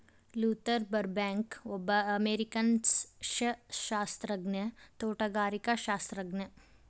Luther ಬರ್ಬ್ಯಾಂಕ್ಒಬ್ಬ ಅಮೇರಿಕನ್ಸಸ್ಯಶಾಸ್ತ್ರಜ್ಞ, ತೋಟಗಾರಿಕಾಶಾಸ್ತ್ರಜ್ಞ